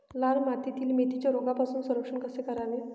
लाल मातीतील मेथीचे रोगापासून संरक्षण कसे करावे?